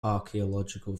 archaeological